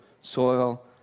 soil